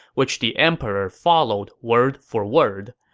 which the emperor followed word for word.